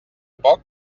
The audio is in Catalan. poc